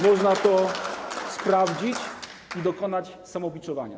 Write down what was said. Można to sprawdzić i dokonać samobiczowania.